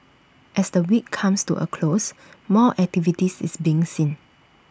as the week comes to A close more activities is being seen